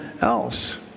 else